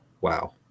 Wow